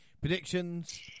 Predictions